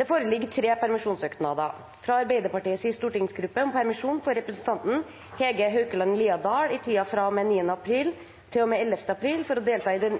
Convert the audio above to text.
Det foreligger tre permisjonssøknader: fra Arbeiderpartiets stortingsgruppe om permisjon for representanten Hege Haukeland Liadal i tiden fra og med 9. april til og med 11. april for å delta i Den